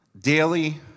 daily